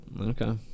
Okay